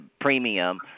premium